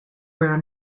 where